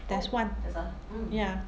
there's one ya